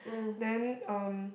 then um